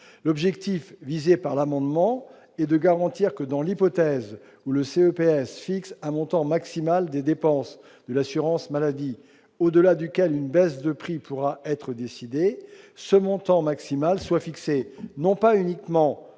L'objet de l'amendement est de garantir que, dans l'hypothèse où le CEPS fixe un montant maximal des dépenses de l'assurance maladie au-delà duquel une baisse de prix pourra être décidée, ce montant maximal ne soit pas uniquement